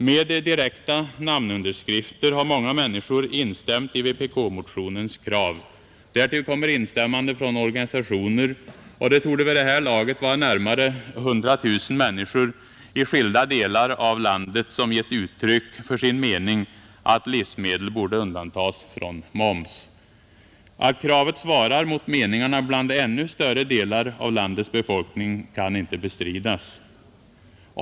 Med direkta namnunderskrifter har många människor instämt i vpk-motionens krav. Därtill kommer instämmanden från organisationer, och det torde vid det här laget vara närmare 100 000 människor i skilda delar av landet som gett uttryck för sin mening att livsmedel borde undantas från moms. Att kravet svarar mot meningarna bland ännu större delar av landets befolkning kan inte bestridas.